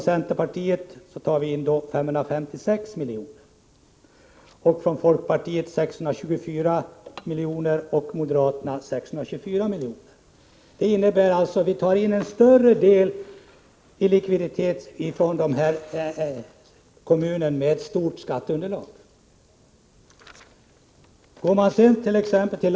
Centerpartiet vill ta in 556 milj.kr., folkpartiet 624 milj.kr. och moderaterna 624 milj.kr. Det innebär att vi tar in en större del från kommuner med stort skatteunderlag. Ser man sedan påt.ex.